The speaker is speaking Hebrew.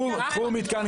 קחו שני מתקני